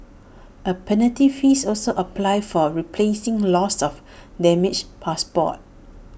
A penalty fees also applies for replacing lost or damaged passports